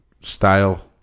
style